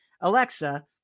Alexa